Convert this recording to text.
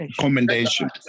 commendation